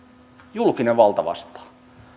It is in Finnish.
julkinen valta vastaa